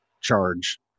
charge